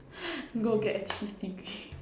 go get a cheese degree